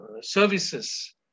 services